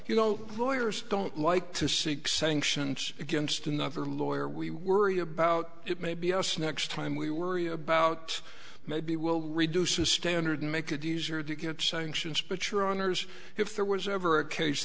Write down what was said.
you know lawyers don't like to seek sanctions against another lawyer we worry about it may be us next time we worry about maybe we'll reduce the standard make it easier to get sanctions but your honour's if there was ever a case